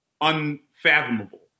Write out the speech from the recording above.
unfathomable